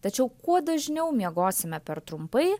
tačiau kuo dažniau miegosime per trumpai